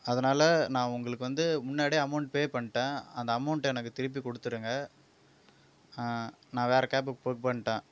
அதனால நான் உங்களுக்கு வந்து முன்னாடியே அமௌண்ட் பே பண்ணிட்டேன் அந்த அமௌண்ட்டை எனக்கு திருப்பி கொடுத்துருங்க நான் வேற கேப் புக் பண்ணிட்டேன்